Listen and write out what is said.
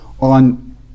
on